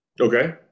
Okay